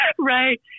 Right